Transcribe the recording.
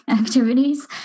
activities